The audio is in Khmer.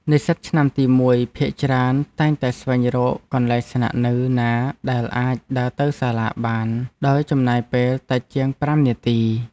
និស្សិតឆ្នាំទីមួយភាគច្រើនតែងតែស្វែងរកកន្លែងស្នាក់នៅណាដែលអាចដើរទៅសាលាបានដោយចំណាយពេលតិចជាងប្រាំនាទី។